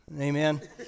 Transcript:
Amen